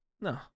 No